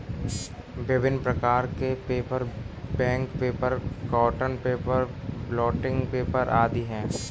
विभिन्न प्रकार के paper, bank paper, cotton paper, blotting paper आदि हैं